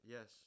Yes